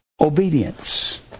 obedience